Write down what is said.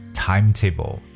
timetable 。